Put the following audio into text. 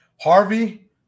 Harvey